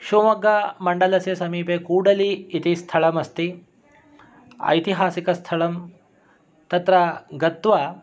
शिव्मोग्गामण्डलस्य समीपे कूडलि इति स्थलम् अस्ति ऐतिहासिकस्थलं तत्र गत्वा